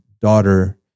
daughter